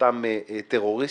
אותם טרוריסטים,